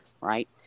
right